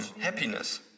happiness